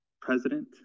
President